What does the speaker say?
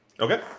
okay